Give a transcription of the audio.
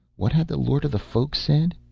what had the lord of the folk said?